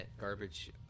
garbage